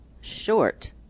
short